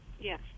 Yes